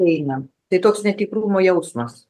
einam tai toks netikrumo jausmas